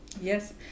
Yes